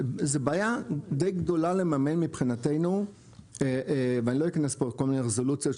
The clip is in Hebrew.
זו בעיה גדולה לממן מבחינתנו ואני לא אכנס פה לכל מיני רזולוציות,